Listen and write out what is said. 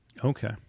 Okay